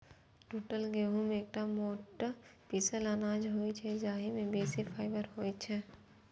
टूटल गहूम एकटा मोट पीसल अनाज होइ छै, जाहि मे बेसी फाइबर होइ छै